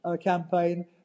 campaign